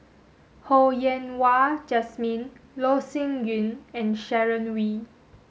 Ho Yen Wah Jesmine Loh Sin Yun and Sharon Wee